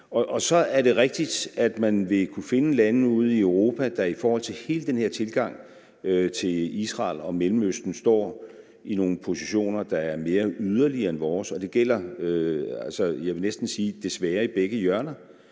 Så er det rigtigt, at man vil kunne finde lande ude i Europa, der i forhold til hele den her tilgang til Israel og Mellemøsten står i nogle positioner, der er mere yderligere end vores, og det gælder altså, jeg vil næsten sige desværre, i begge hjørner.